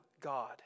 God